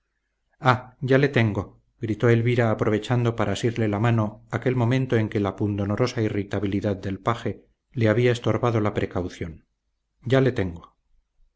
ah ya le tengo gritó elvira aprovechando para asirle la mano aquel momento en que la pundonorosa irritabilidad del paje le había estorbado la precaución ya le tengo